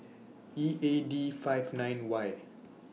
E A D five nine Y